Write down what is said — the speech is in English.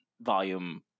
volume